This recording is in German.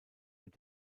mit